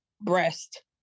breast